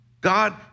God